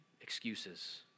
excuses